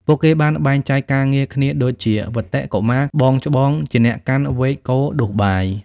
ពួកគេបានបែងចែកការងារគ្នាដូចជា វត្តិ កុមារ (បងច្បង) ជាអ្នកកាន់វែកកូរដួសបាយ។